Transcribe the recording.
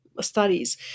studies